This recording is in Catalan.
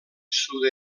sud